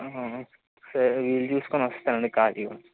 సరే వీలు చూసుకుని వస్తానండి ఖాళీగా